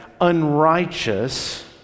unrighteous